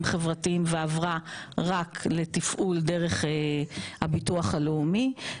חברתיים ועברה רק לתפעול דרך הביטוח הלאומי,